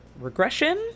regression